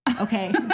okay